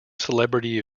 celebrity